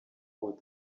all